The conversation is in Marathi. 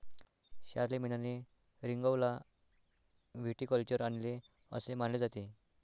शारलेमेनने रिंगौला व्हिटिकल्चर आणले असे मानले जाते